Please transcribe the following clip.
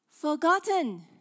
forgotten